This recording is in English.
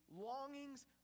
longings